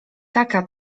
taka